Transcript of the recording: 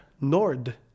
Nord